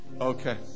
Okay